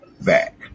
back